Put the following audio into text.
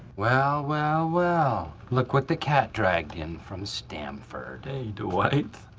well, well, well. look what the cat dragged in from stanford. hey, dwight!